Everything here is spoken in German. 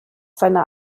seiner